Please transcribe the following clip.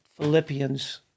Philippians